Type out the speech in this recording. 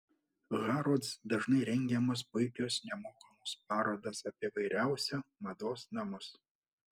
harrods dažnai rengiamos puikios nemokamos parodos apie įvairiausiu mados namus